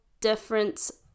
difference